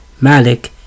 Malik